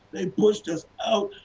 they pushed us out,